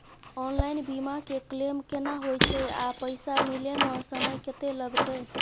Online बीमा के claim केना होय छै आ पैसा मिले म समय केत्ते लगतै?